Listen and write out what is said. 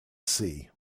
sea